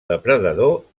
depredador